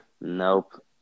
Nope